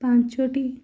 ପାଞ୍ଚୋଟି